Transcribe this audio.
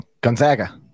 Gonzaga